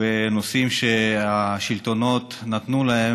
בנושאים שהשלטונות נתנו לו,